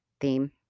theme